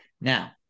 Now